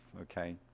okay